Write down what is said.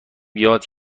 یاد